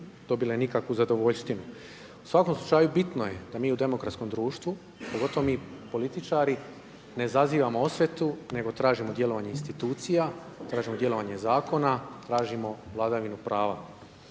dobile nikakvu zadovoljštinu. U svakom slučaju bitno je da mi u demokratskom društvu, pogotovo mi političari ne zazivamo osvetu nego tražimo djelovanje institucija, tražimo djelovanje zakona, tražimo vladavinu prava.